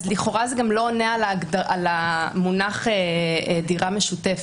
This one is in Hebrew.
לכאורה זה גם לא עונה על המונח "דירה משותפת",